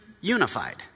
unified